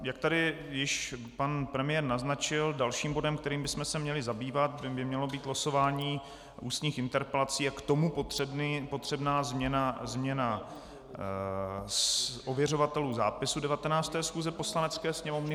Jak tady již pan premiér naznačil, dalším bodem, kterým bychom se měli zabývat, by mělo být losování ústních interpelací a k tomu potřebná změna ověřovatelů zápisu 19. schůze Poslanecké sněmovny.